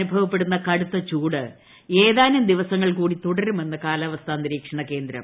അനുഭവപ്പെടുന്ന കടുത്ത ചൂട് ഏതാനും ദിവസങ്ങൾ കൂടി തുടരുമെന്ന് കാലാവസ്ഥാ നിരീക്ഷണകേന്ദ്രം